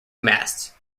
masts